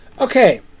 okay